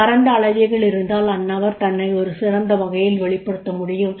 பரந்த அளவைகள் இருந்தால் அந்நபர் தன்னை ஒரு சிறந்த வகையில் வெளிப்படுத்த முடியும்